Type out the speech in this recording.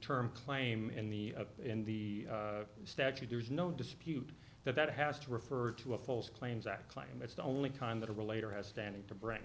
term claim in the in the statute there's no dispute that that has to refer to a false claims act claim it's the only kind that relate or has standing to bring